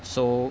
so